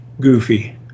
Goofy